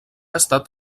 estat